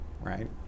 Right